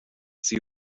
see